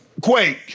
Quake